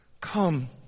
Come